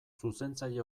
zuzentzaile